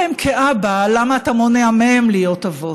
תגיד להם כאבא, למה אתה מונע מהם להיות אבות.